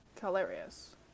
hilarious